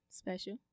special